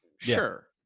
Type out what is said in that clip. sure